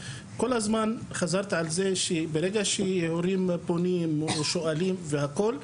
כל הזמן חזרת על זה שברגע שהורים פונים ושואלים והכל,